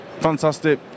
fantastic